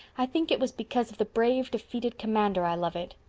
i think it was because of the brave, defeated commander i love it.